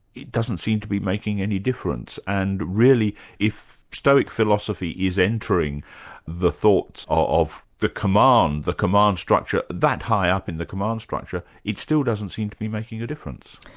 it doesn't seem to be making any difference, and really if stoic philosophy is entering the thoughts of the command, the command structure that high up in the command structure, it still doesn't seem to be making a difference.